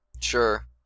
Sure